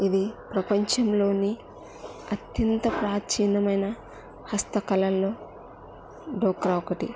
ఇది ప్రపంచంలోని అత్యంత ప్రాచీనమైన హస్తకళల్లో డోక్రా ఒకటి